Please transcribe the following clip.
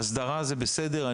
הסדרה זה בסדר,